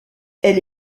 elle